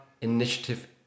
initiative